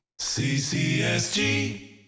CCSG